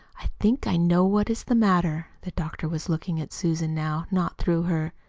i think i know what is the matter. the doctor was looking at susan, now, not through her.